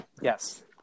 yes